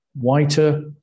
Whiter